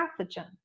pathogen